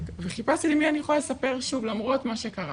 וחיפשתי למי אני יכולה לספר שוב למרות מה שקרה,